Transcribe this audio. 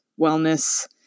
wellness